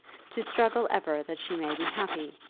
to struggle ever that she may be happy,